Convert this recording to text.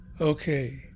Okay